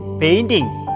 paintings